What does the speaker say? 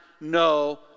no